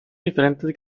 diferentes